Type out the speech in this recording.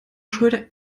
schröder